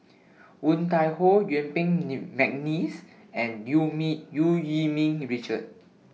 Woon Tai Ho Yuen Peng Mcneice and EU EU Yee Ming Richard